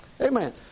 Amen